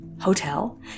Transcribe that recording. hotel